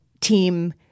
team